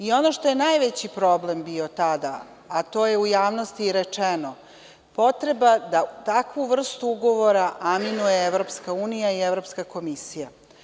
I ono što je najveći problem bio tada, a to je u javnosti i rečeno, potrebu da takvu vrstu ugovora aminuje Evropska unija i Evropska komisija.